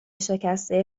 شکسته